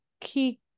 key